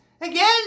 again